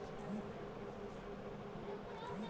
हम gold bond करती आवेदन कर पाईब?